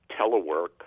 telework